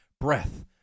breath